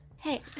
Hey